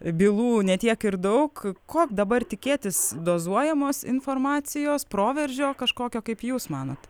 bylų ne tiek ir daug ko dabar tikėtis dozuojamos informacijos proveržio kažkokio kaip jūs manot